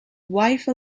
wife